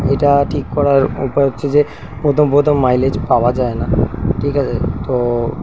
এটা ঠিক করার উপায় হচ্ছে যে প্রথম প্রথম মাইলেজ পাওয়া যায় না ঠিক আছে তো